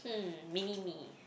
hmm mini me